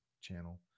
channel